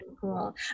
cool